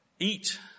Eat